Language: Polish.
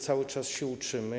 Cały czas się uczymy.